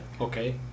okay